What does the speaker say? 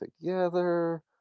together